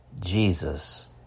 Jesus